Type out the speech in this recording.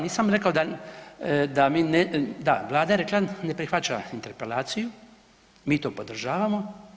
Nisam rekao da mi, da Vlada je rekla ne prihvaća interpelaciju mi to podržavamo.